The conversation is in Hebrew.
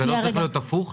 זה לא צריך להיות הפוך?